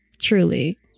Truly